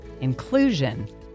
inclusion